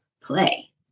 play